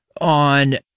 on